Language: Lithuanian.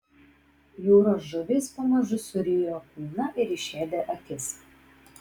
jūros žuvys pamažu surijo kūną ir išėdė akis